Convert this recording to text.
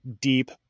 deep